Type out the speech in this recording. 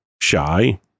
shy